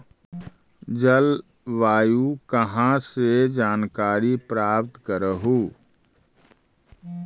जलवायु कहा से जानकारी प्राप्त करहू?